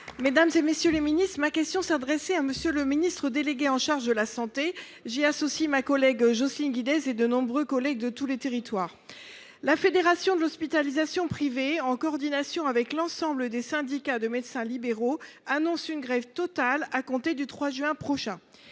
le groupe Union Centriste. Ma question s’adressait à M. le ministre délégué chargé de la santé. J’y associe Jocelyne Guidez et de nombreux autres collègues de tous les territoires. La Fédération de l’hospitalisation privée (FHP), en coordination avec l’ensemble des syndicats de médecins libéraux, annonce une grève totale à compter du 3 juin prochain.